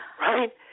Right